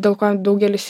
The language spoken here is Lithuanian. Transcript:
dėl ko daugelis